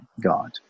God